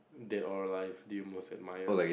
dead or alive do you most admire